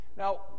Now